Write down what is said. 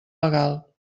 legal